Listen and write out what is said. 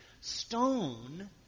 stone